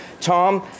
Tom